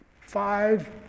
five